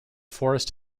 forest